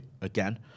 again